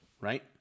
right